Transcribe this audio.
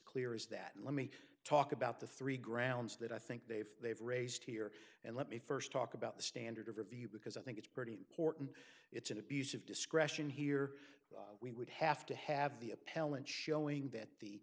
clear is that let me talk about the three grounds that i think they've they've raised here and let me first talk about the standard of review because i think it's pretty important it's an abuse of discretion here that we would have to have the appellant showing that the